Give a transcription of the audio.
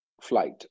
Flight